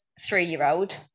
three-year-old